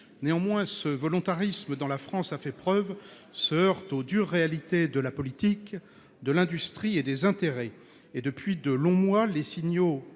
Néanmoins, ce volontarisme dont la France a fait preuve se heurte aux dures réalités de la politique, de l'industrie et des intérêts. Depuis de longs mois, les signaux